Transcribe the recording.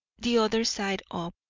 the other side up,